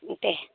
दे